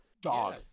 Dog